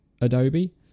Adobe